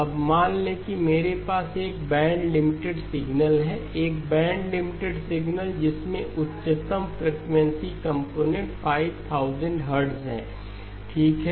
अब मान लें कि मेरे पास एक बैंड लिमिटेड सिग्नल है एक बैंड लिमिटेड सिग्नल जिसमें उच्चतम फ्रीक्वेंसी कंपोनेंट् 5000 हर्ट्ज है ठीक है